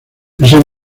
ese